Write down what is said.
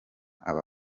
aba